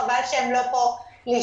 חבל שהם לא פה לשמוע.